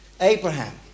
Abraham